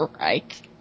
right